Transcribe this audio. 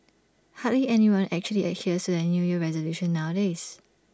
hardly anyone actually adheres their New Year resolutions nowadays